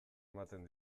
ematen